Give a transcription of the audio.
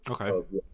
okay